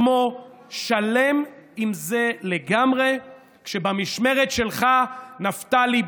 כמו "שלם עם זה לגמרי" כשבמשמרת שלך, נפתלי בנט,